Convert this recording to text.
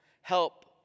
help